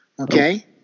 Okay